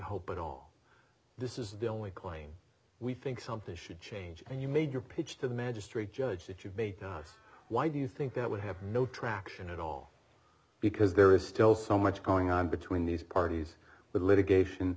hope at all this is the only claim we think something's should change and you made your pitch to the magistrate judge that you made us why do you think that would have no traction at all because there is still so much going on between these parties with litigation